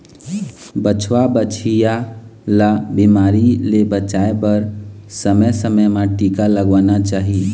बछवा, बछिया ल बिमारी ले बचाए बर समे समे म टीका लगवाना चाही